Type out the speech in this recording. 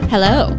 Hello